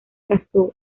casó